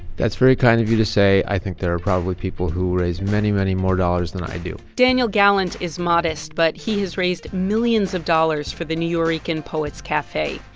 that's very kind of you to say. i think there are probably people who raise many, many more dollars than i do daniel gallant is modest, but he has raised millions of dollars for the nuyorican poets cafe.